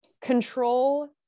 control